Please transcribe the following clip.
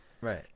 Right